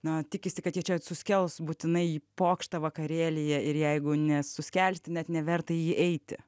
na tikisi kad ji čia suskels būtinai pokštą vakarėlyje ir jeigu nesuskelti net neverta į jį eiti